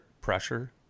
pressure